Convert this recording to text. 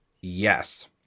yes